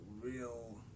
real